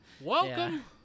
welcome